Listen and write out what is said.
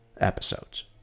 episodes